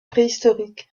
préhistorique